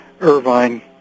Irvine